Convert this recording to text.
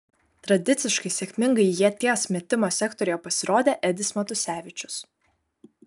tradiciškai sėkmingai ieties metimo sektoriuje pasirodė edis matusevičius